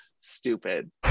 Stupid